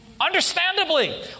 Understandably